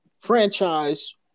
franchise